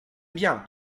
bien